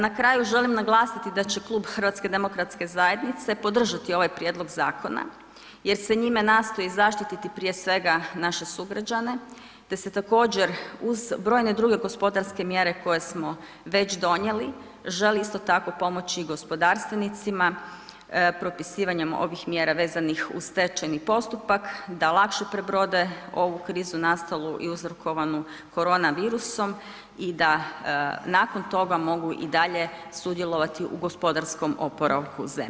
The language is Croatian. Na kraju, želim naglasiti da će Klub HDZ-a podržati ovaj prijedlog zakona jer se njime nastoji zaštiti prije svega, naše sugrađane te se također, uz brojne druge gospodarske mjere koje smo već donijeli, želi, isto tako, pomoći i gospodarstvenicima, propisivanjem ovih mjera vezanih uz stečajni postupak, da lakše prebrode ovu krizu nastalu i uzrokovanu koronavirusom i da nakon toga mogu i dalje sudjelovati u gospodarskom oporavku zemlje.